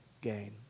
gain